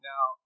Now